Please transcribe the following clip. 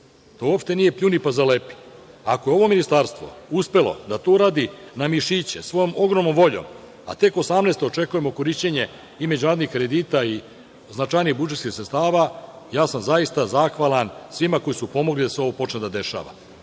To uopšte nije pljuni pa zalepi. Ako je ovo ministarstvo uspelo da to uradi na mimšiće svojom ogromnom voljom, a tek 18. očekujemo korišćenje i međunarodnih kredita i značajnijih budžetskih sredstava, ja sam zaista zahvalan svima koji su pomogli da ovo počne da se